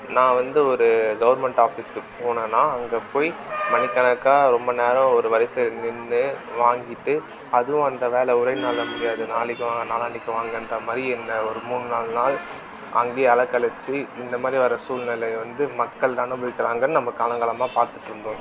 நான் வந்து ஒரு கவர்மெண்ட் ஆபிஸ்ஸுக்கு போனேன்னால் அங்கே போய் மணிக்கணக்காக ரொம்ப நேரம் ஒரு வரிசையில் நின்று வாங்கிட்டு அதுவும் அந்த வேலை ஒரே நாளில் முடியாது நாளைக்கு வாங்க நாளன்னிக்கு வாங்கங்ற மாதிரி என்ன ஒரு மூணு நாலு நாள் அங்கேயே அலக்கழிச்சி இந்த மாதிரி வர சூழ்நிலை வந்து மக்கள் இதை அனுபவிக்கிறாங்கன்னு நம்ம காலங்காலமாக பார்த்துட்ருந்தோம்